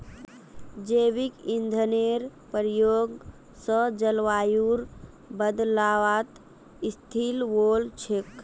जैविक ईंधनेर प्रयोग स जलवायुर बदलावत स्थिल वोल छेक